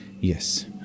Yes